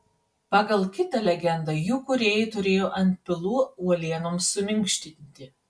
pagal kitą legendą jų kūrėjai turėjo antpilų uolienoms suminkštinti